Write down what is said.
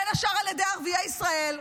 בין השאר על ידי ערביי ישראל,